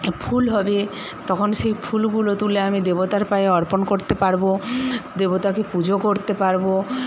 ফুল হবে তখন সেই ফুলগুলো তুলে আমি দেবতার পায়ে অর্পণ করতে পারবো দেবতাকে পুজো করতে পারবো